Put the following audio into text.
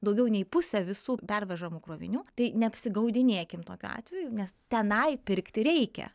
daugiau nei pusė visų pervežamų krovinių tai neapsigaudinėkim tokiu atveju nes tenai pirkti reikia